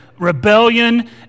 rebellion